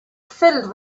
filled